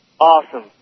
Awesome